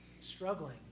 struggling